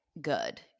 good